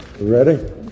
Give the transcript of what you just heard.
Ready